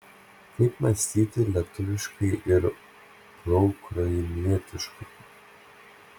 kaip mąstyti lietuviškai ir proukrainietiškai